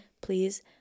Please